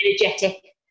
energetic